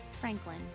Franklin